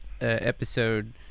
episode